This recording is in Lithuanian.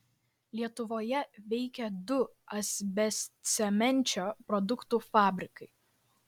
lietuvoje veikė du asbestcemenčio produktų fabrikai